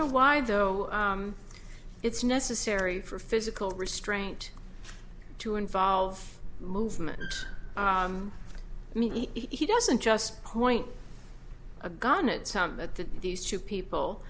know why though it's necessary for physical restraint to involve movement meet he doesn't just point a gun at some but that these two people